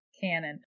cannon